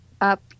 up